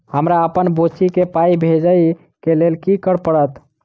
हमरा अप्पन बुची केँ पाई भेजइ केँ लेल की करऽ पड़त?